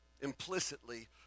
implicitly